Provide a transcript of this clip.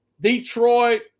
Detroit